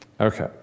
Okay